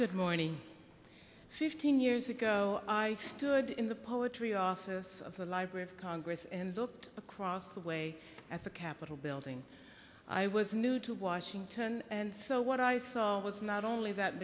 good morning fifteen years ago i stood in the poetry office of the library of congress and looked across the way at the capitol building i was new to washington and so what i saw was not only that